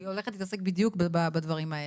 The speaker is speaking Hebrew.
היא הולכת להתעסק בדיוק בדברים האלה.